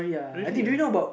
really ah